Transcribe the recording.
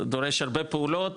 דורש הרבה פעולות